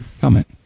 Comment